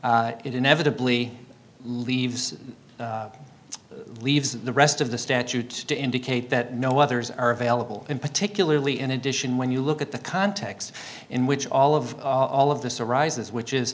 inevitably leaves leaves the rest of the statutes to indicate that no others are available and particularly in addition when you look at the context in which all of all of this arises which